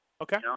Okay